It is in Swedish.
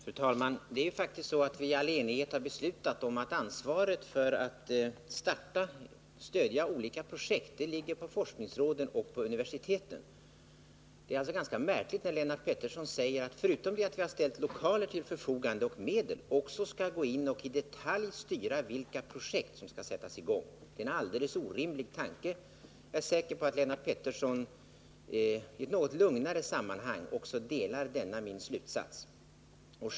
Fru talman! Det är faktiskt så, att vi i all enighet har beslutat om att ansvaret för stödet till olika projekt ligger på forskningsråden och universiteten. Det är alltså ganska märkligt när Lennart Pettersson säger att vi, trots att vi har ställt lokaler och medel till förfogande, också skall gå in och i detalj styra vilka projekt som skall sättas i gång. Detta är en alldeles orimlig tanke. Jag är säker på att Lennart Pettersson i ett något lugnare sammanhang också delar denna min slutsats.